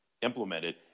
implemented